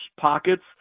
pockets